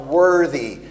worthy